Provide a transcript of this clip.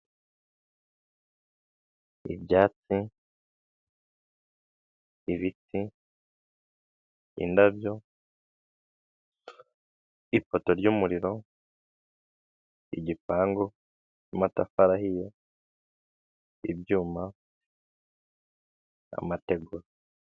Hoteli zitandukanye zo mu Rwanda bakunze kubaka ibyo bakunze kwita amapisine mu rurimi rw'abanyamahanga aho ushobora kuba wahasohokera nabawe mukaba mwahagirira ibihe byiza murimo muroga mwishimisha .